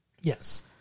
Yes